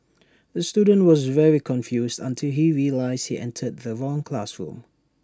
the student was very confused until he realised he entered the wrong classroom